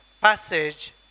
passage